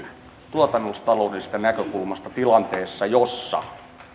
tuotannollistaloudellisesta näkökulmasta tilanteessa jossa